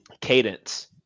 cadence